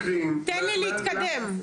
תן לי להתקדם,